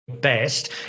best